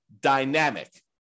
dynamic